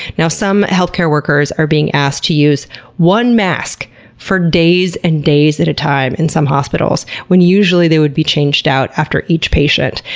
some healthcare workers are being asked to use one mask for days and days at a time in some hospitals, when usually they would be changed out after each patient.